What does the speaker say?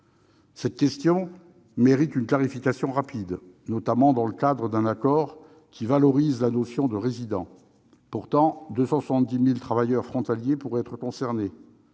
Cette question mérite une clarification rapide, notamment dans le cadre d'un accord qui valorise la notion de résident. Il faut savoir que 270 000 travailleurs frontaliers pourraient être concernés.